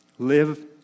Live